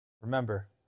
Remember